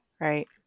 right